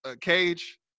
Cage